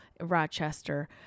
Rochester